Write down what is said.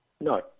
No